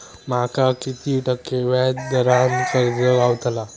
माका किती टक्के व्याज दरान कर्ज गावतला?